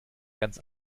ganz